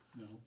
No